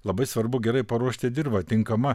labai svarbu gerai paruošti dirvą tinkama